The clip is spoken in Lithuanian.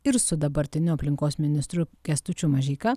ir su dabartiniu aplinkos ministru kęstučiu mažeika